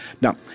Now